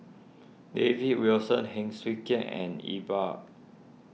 David Wilson Heng Swee Keat and Iqbal